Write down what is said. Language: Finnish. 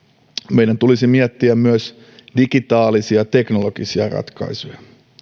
meidän tulisi miettiä myös digitaalisia ja teknologisia ratkaisuja